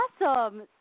awesome